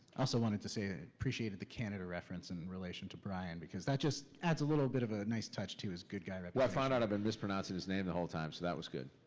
also wanted to say i appreciated the canada reference in relation to brian because that just adds a little bit of a nice touch to his good guy. well, i found out i've been mispronouncing his name the whole time, so that was good.